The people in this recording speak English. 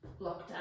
lockdown